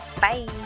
Bye